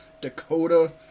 dakota